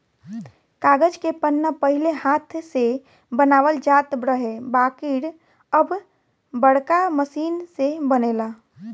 कागज के पन्ना पहिले हाथ से बनावल जात रहे बाकिर अब बाड़का मशीन से बनेला